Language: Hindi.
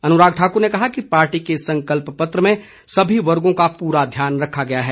अनुराग ठाकुर ने कहा कि पार्टी के संकल्प पत्र में सभी वर्गो का पूरा ध्यान रखा गया है